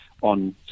on